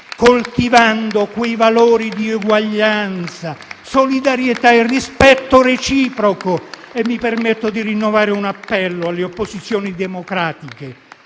coltivando quei valori di uguaglianza, solidarietà e rispetto reciproco. Mi permetto di rinnovare un appello alle opposizioni democratiche